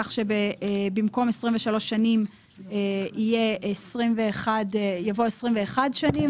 כך שבמקום 23 שנים יבוא 21 שנים,